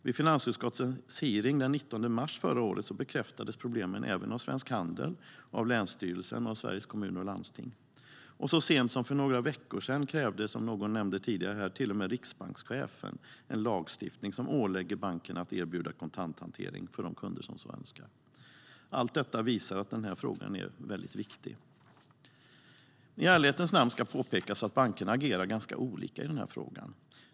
Vid finansutskottets hearing den 19 mars förra året bekräftades problemen även av Svensk Handel, Länsstyrelsen i Dalarna och Sveriges Kommuner och Landsting. Och så sent som för några veckor sedan krävde, som någon nämnde tidigare här, till och med riksbankschefen en lagstiftning som ålägger bankerna att erbjuda kontanthantering för de kunder som så önskar. Allt detta visar att denna fråga är väldigt viktig. I ärlighetens namn ska påpekas att bankerna agerar ganska olika i denna fråga.